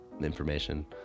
information